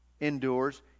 endures